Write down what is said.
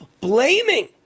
blaming